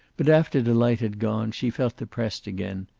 but after delight had gone, she felt depressed again,